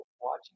watching